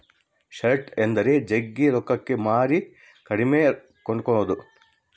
short ಎಂದರೆ ಜಗ್ಗಿ ರೊಕ್ಕಕ್ಕೆ ಮಾರಿ ಕಡಿಮೆಗೆ ಕೊಂಡುಕೊದು